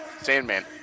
Sandman